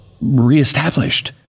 Reestablished